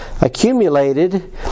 accumulated